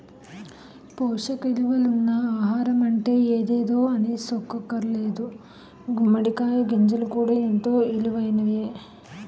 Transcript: పోసక ఇలువలున్న ఆహారమంటే ఎదేదో అనీసుకోక్కర్లేదు గుమ్మడి కాయ గింజలు కూడా ఎంతో ఇలువైనయే